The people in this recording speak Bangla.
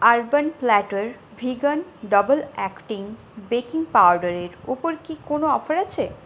urban platter vegan double acting baking পাউডারের ওপর কি কোনো অফার আছে